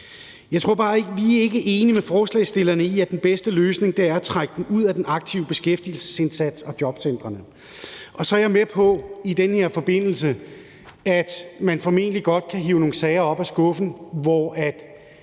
bare ikke enige med forslagsstillerne i, at den bedste løsning er at trække dem ud af den aktive beskæftigelsesindsats og jobcentrene. Så er jeg med på, at man i den her forbindelse formentlig godt kan hive nogle sager op af skuffen,